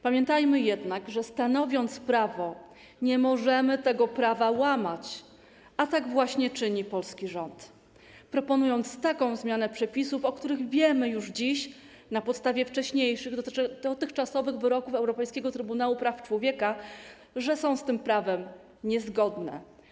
Pamiętajmy jednak, że stanowiąc prawo, nie możemy tego prawa łamać, a tak właśnie czyni polski rząd, proponując taką zmianę przepisów, o których wiemy już dziś na podstawie wcześniejszych dotychczasowych wyroków Europejskiego Trybunału Praw Człowieka, że są z tym prawem niezgodne.